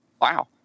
Wow